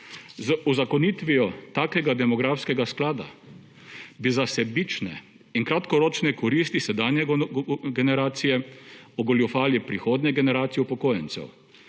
Z uzakonitvijo takega demografskega sklada bi za sebične in kratkoročne koristi sedanje generacije ogoljufali prihodnje generacije upokojencev,